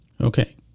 Okay